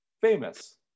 Famous